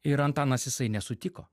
ir antanas jisai nesutiko